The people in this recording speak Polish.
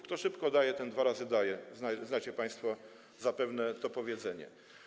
Kto szybko daje, ten dwa razy daje, znacie państwo zapewne to powiedzenie.